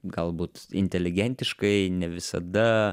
galbūt inteligentiškai ne visada